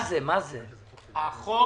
הצעת החוק